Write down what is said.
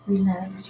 Relax